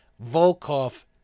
Volkov